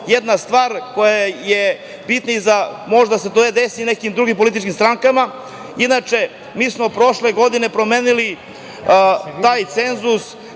jedna stvar, to može da se desi i nekim drugim političkim strankama. Inače, mi smo prošle godine promenili taj cenzus